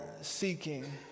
seeking